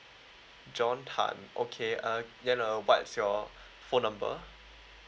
john tan okay uh you know what is your phone number